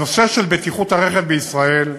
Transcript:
הנושא של בטיחות הרכב בישראל,